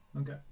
Okay